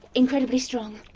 incredibly strong.